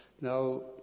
Now